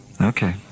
Okay